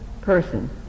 person